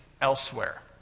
elsewhere